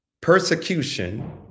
persecution